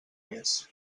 més